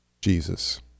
Jesus